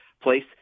place